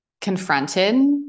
confronted